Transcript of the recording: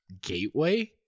gateway